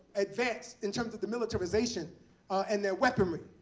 advanced in terms of the militarization and their weaponry.